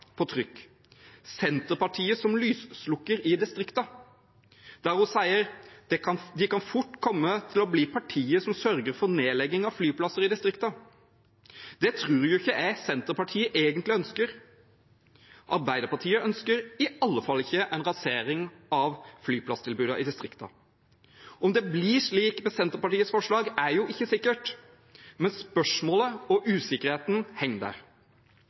på trykk om denne saken: «Senterpartiet som lyseslukker i distriktene», der hun sier: «Men de kan fort komme til å bli partiet som sørger for nedlegging av flyplasser i distriktene.» Det tror jeg ikke Senterpartiet egentlig ønsker. Arbeiderpartiet ønsker i alle fall ikke en rasering av flyplasstilbudene i distriktene. At det blir slik med Senterpartiets forslag, er ikke sikkert, men spørsmålet og usikkerheten henger der.